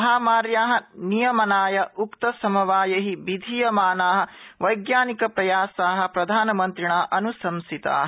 महामार्या नियमनाय उक्त समवाय विधीयमाना वर्क्तिनिक प्रयासा प्रधानमन्त्रिणा अनुशंसिता